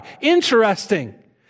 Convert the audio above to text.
Interesting